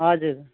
हजुर